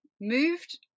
moved